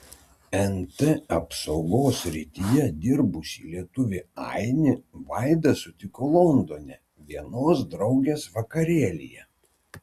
nt apsaugos srityje dirbusį lietuvį ainį vaida sutiko londone vienos draugės vakarėlyje